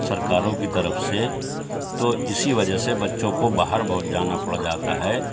سرکاروں کی طرف سے تو اسی وجہ سے بچوں کو باہر بہت جانا پڑ جاتا ہے